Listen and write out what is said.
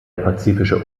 pazifische